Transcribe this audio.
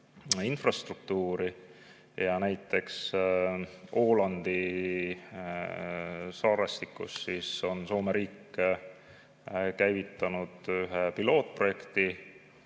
infrastruktuuri. Näiteks Ålandi saarestikus on Soome riik käivitanud pilootprojekti,